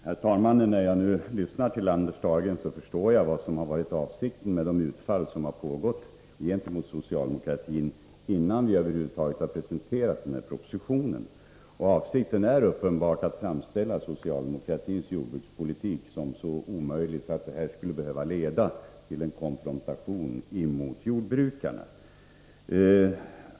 Herr talman! När jag nu lyssnar till Anders Dahlgren förstår jag vad som har varit avsikten med de utfall gentemot socialdemokratin som har gjorts innan vi över huvud taget hade presenterat propositionen. Det är uppenbart att avsikten är att framställa socialdemokratins jordbrukspolitik som så omöjlig att den skulle behöva leda till en konfrontation emot jordbrukarna.